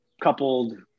coupled